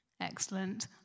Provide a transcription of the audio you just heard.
Excellent